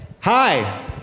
Hi